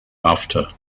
after